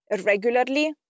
regularly